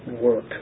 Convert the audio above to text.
work